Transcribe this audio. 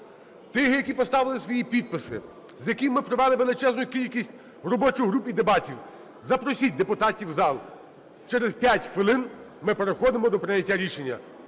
тих, які поставили свої підписи, з якими ми провели величезну кількість в робочій групі дебатів, запросіть депутатів в зал, через п'ять хвилин ми переходимо до прийняття рішення.